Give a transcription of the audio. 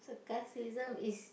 sacarsm is